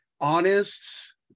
honest